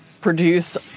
produce